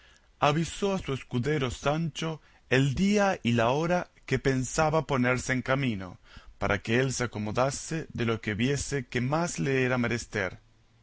avisó a su escudero sancho del día y la hora que pensaba ponerse en camino para que él se acomodase de lo que viese que más le era menester